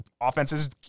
offenses